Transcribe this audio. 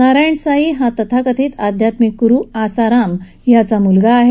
नारायण साई हा तथाकथित आधात्मिक गुरु आसाराम याचा मुलगा आहे